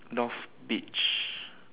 North beach